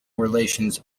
relations